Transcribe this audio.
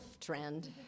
trend